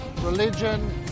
religion